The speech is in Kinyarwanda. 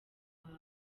wawe